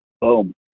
boom